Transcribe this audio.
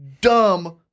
dumb